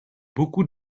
beaucoup